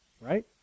right